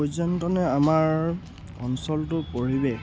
পৰ্যটনে আমাৰ অঞ্চলটো পৰিৱেশ